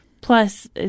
Plus